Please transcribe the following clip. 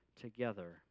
together